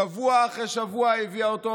שבוע אחרי שבוע הביאה אותו,